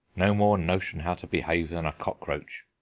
no more notion how to behave than a cockroach.